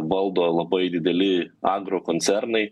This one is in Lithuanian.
valdo labai dideli agrokoncernai